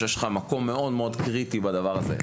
יש מקום מאוד קריטי בדבר הזה,